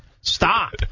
stop